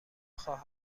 خواهد